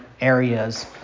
areas